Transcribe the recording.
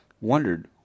wondered